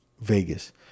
Vegas